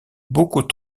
beaucoup